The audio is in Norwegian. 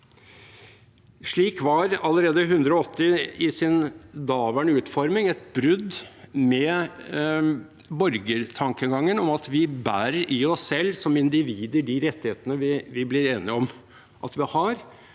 Slik var § 108 allerede i sin daværende utforming et brudd med borgertankegangen om at vi bærer i oss selv de rettighetene vi blir enige om at vi har